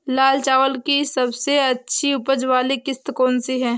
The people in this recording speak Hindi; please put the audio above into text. लाल चावल की सबसे अच्छी उपज वाली किश्त कौन सी है?